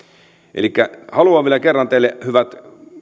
elikkä haluan vielä kerran teille hyvät